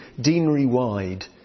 deanery-wide